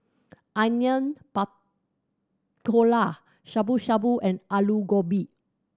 Onion Pakora Shabu Shabu and Alu Gobi